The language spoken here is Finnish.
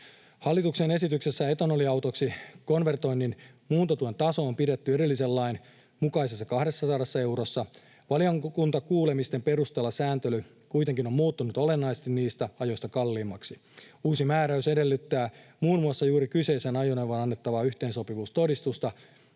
Hallituksen esityksessä etanoliautoksi konvertoinnin muuntotuen taso on pidetty edellisen lain mukaisessa 200 eurossa. Valiokuntakuulemisten perusteella sääntely kuitenkin on muuttunut olennaisesti niistä ajoista kalliimmaksi. Uusi määräys edellyttää muun muassa juuri kyseiseen ajoneuvoon annettavaa yhteensopivuustodistusta,